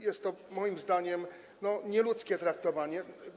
Jest to moim zdaniem nieludzkie traktowanie.